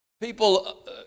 People